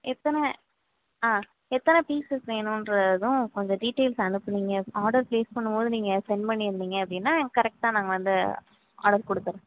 எத்தனை ஆ எத்தனை பீசஸ் வேணுன்றதும் கொஞ்சம் டீட்டைல்ஸ் அனுப்புனிங்க ஆர்டர் ப்ளேஸ் பண்ணும்போது நீங்கள் சென்ட் பண்ணியிருந்தீங்க அப்படின்னா எங் கரெக்டாக நாங்கள் வந்து ஆர்டர் கொடுத்துட்றோம்